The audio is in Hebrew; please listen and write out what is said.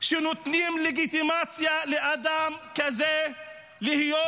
שנותנים לגיטימציה לאדם כזה להיות